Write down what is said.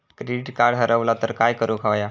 Credit card हरवला तर काय करुक होया?